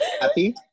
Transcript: Happy